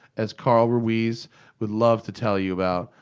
as carl ruiz would love to tell you about.